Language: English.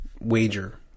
Wager